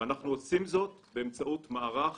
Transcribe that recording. אנחנו עושים זאת באמצעות מערך